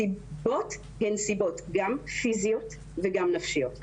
הסיבות הן גם פיזיות וגם נפשיות.